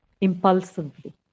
impulsively